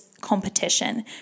competition